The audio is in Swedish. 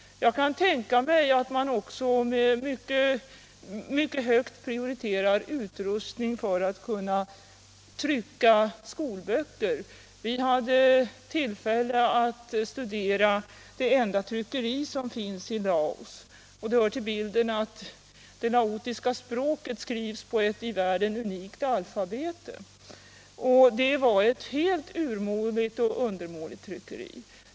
Jag kan tänka mig att man också mycket högt prioriterar utrustning för att kunna trycka skolböcker. Vi hade tillfälle att studera det enda tryckeri som finns i Laos. Det hör till bilden att det laotiska språket skrivs på ett i världen unikt alfabet. Tryckeriet var helt urmodigt och undermåligt.